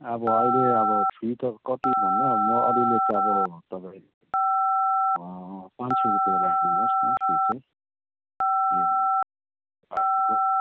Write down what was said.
अब अहिले अब फी त कति भन्दा म अलिअलि त अब तपाईँलाई पाँच सय रुपियाँ राखिदिनु होस् न फी चाहिँ